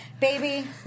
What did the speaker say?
baby